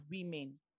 women